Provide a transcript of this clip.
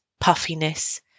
puffiness